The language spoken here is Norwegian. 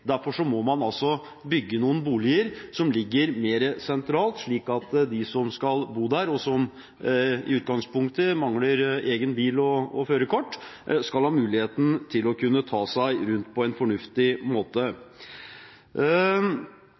Derfor må man bygge noen boliger som ligger mer sentralt, slik at de som skal bo der, og som i utgangspunktet mangler egen bil og førerkort, skal ha muligheten til å kunne ta seg rundt på en fornuftig måte.